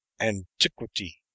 antiquity